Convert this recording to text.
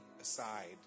aside